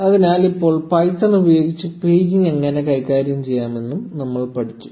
അതിനാൽ ഇപ്പോൾ പൈത്തൺ ഉപയോഗിച്ച് പേജിംഗ് എങ്ങനെ കൈകാര്യം ചെയ്യാമെന്നും നമ്മൾ പഠിച്ചു